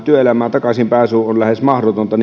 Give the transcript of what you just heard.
työelämään takaisin pääsy on lähes mahdotonta